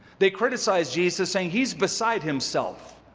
they criticized jesus, saying, he's beside himself,